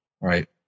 Right